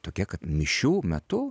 tokia kad mišių metu